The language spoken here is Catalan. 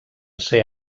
ser